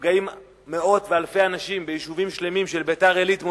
נפגעים מאות ואלפי אנשים ביישובים שלמים של ביתר-עילית,